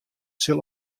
sil